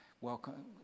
welcome